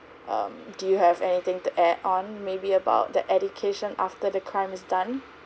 um do you have anything to add on maybe about the education after the crime is done